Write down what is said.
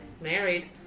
married